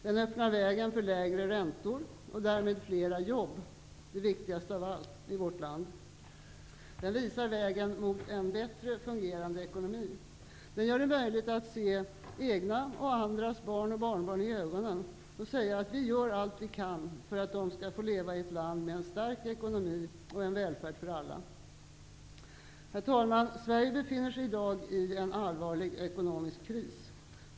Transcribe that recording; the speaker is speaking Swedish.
Den öppnar vägen för lägre räntor och därmed -- det viktigaste av allt -- fler jobb i vårt land. Den visar vägen mot en bättre fungerande ekonomi. Den gör det möjligt att se egna och andras barn och barnbarn i ögonen och säga att vi gör allt vi kan för att de skall få leva i ett land med en stark ekonomi och en välfärd för alla. Herr talman! Sverige befinner sig i en allvarlig ekonomisk kris.